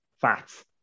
fats